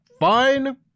fine